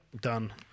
done